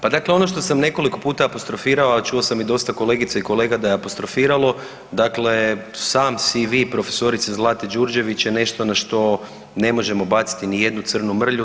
Pa dakle ono što sam nekoliko puta apostrofirao, a čuo sam i dosta kolegica i kolega da je apostrofiralo, dakle sam CV prof. Zlate Đurđević je nešto na što ne možemo baciti nijednu crnu mrlju.